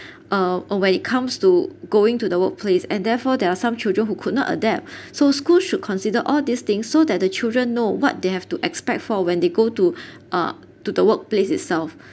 uh or when it comes to going to the workplace and therefore there are some children who could not adapt so school should consider all these things so that the children know what they have to expect for when they go to uh to the workplace itself